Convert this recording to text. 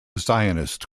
zionist